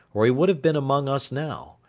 or he would have been among us now.